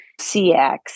CX